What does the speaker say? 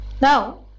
Now